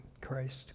Christ